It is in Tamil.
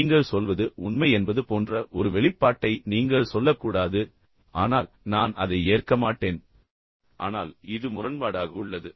இப்போது நீங்கள் சொல்வது உண்மை என்பது போன்ற ஒரு வெளிப்பாட்டை நீங்கள் சொல்லக்கூடாது ஆனால் நான் அதை ஏற்க மாட்டேன் ஆனால் இது முரண்பாடாக உள்ளது